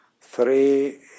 Three